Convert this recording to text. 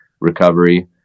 recovery